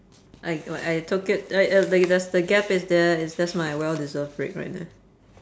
like like I took it like uh th~ there's the gap is there is that's my well deserved break right there